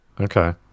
Okay